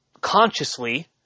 consciously